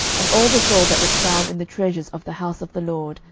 and all the gold that was found in the treasures of the house of the lord,